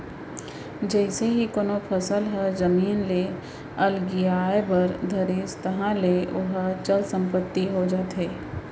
जइसे ही कोनो फसल ह जमीन ले अलगियाये बर धरिस ताहले ओहा चल संपत्ति हो जाथे